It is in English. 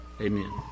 Amen